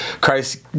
Christ